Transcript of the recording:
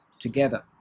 together